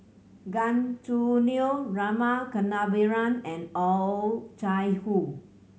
Gan Choo Neo Rama Kannabiran and Oh Chai Hoo